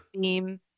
theme